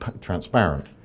transparent